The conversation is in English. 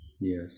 Yes